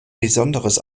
besonderes